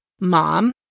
Mom